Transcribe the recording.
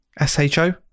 S-H-O